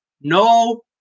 No